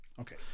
okay